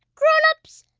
grown-ups,